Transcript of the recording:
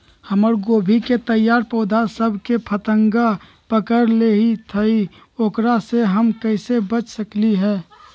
हमर गोभी के तैयार पौधा सब में फतंगा पकड़ लेई थई एकरा से हम कईसे बच सकली है?